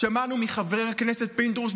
שמענו מחבר הכנסת פינדרוס,